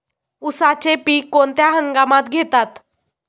उसाचे पीक कोणत्या हंगामात घेतात?